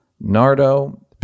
nardo